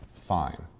Fine